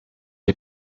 est